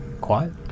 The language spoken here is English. quiet